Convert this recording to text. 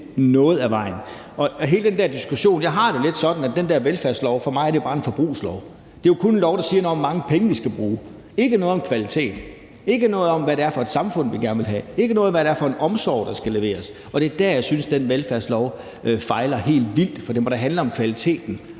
noget af vejen. I forhold til hele den diskussion har jeg det lidt sådan, at den der velfærdslov bare er en forbrugslov; det er den for mig. Det er jo kun en lov, der siger noget om, hvor mange penge vi skal bruge, ikke noget om kvalitet, ikke noget om, hvad det er for et samfund, vi gerne vil have, og ikke noget om, hvad det er for en omsorg, der skal leveres, og det er der, jeg synes, den velfærdslov fejler helt vildt, for det må da handle om kvaliteten